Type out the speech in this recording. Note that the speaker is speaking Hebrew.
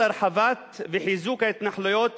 הרחבת וחיזוק ההתנחלויות